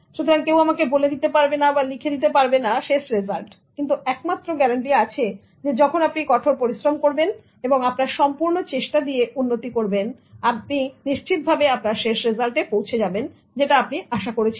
সুতরাং কেউ আমাকে বলে দিতে পারবে না লিখে দিতে পারবে না শেষ রেজাল্ট কিন্তু একমাত্র গ্যারান্টি আছে যখন আপনি কঠোর পরিশ্রম করবেন এবং আপনার সম্পূর্ণ চেষ্টা দিয়ে উন্নতি করবেন আপনি নিশ্চিত ভাবে আপনার শেষ রেজাল্টে পৌঁছে যাবেন যেটা আপনি আশা করেছিলেন